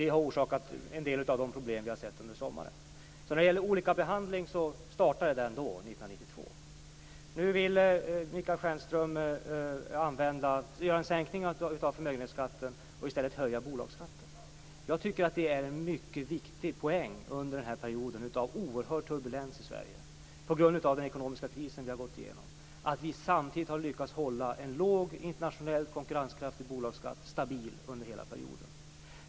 Det har orsakat en del av de problem som vi har sett under sommaren. Så den olika behandlingen startade 1992. Nu vill Michael Stjernström sänka förmögenhetsskatten och i stället höja bolagsskatten. Jag tycker att det är en mycket viktig poäng att vi under den här perioden av oerhörd turbulens i Sverige, en turbulens orsakad av den ekonomiska kris vi har gått igenom, samtidigt har lyckats hålla en låg, internationellt konkurrenskraftig bolagsskatt stabil under hela perioden.